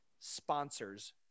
sponsors